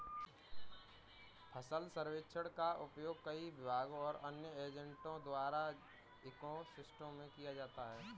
फसल सर्वेक्षण का उपयोग कई विभागों और अन्य एजेंटों द्वारा इको सिस्टम में किया जा सकता है